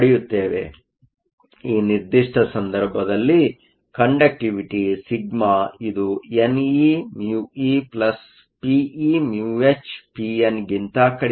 ಆದ್ದರಿಂದ ಈ ನಿರ್ದಿಷ್ಟ ಸಂದರ್ಭದಲ್ಲಿ ಕಂಡಕ್ಟಿವಿಟಿ σ ಇದು neμe pe μh pn ಗಿಂತ ಕಡಿಮೆ ಇರುತ್ತದೆ